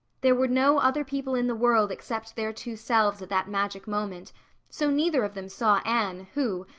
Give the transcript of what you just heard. there were no other people in the world except their two selves at that magic moment so neither of them saw anne, who,